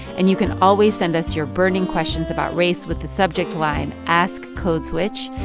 and you can always send us your burning questions about race with the subject line, ask code switch.